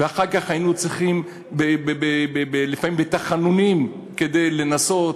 ואחר כך היינו צריכים, לפעמים בתחנונים, לנסות